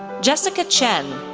jessica chen,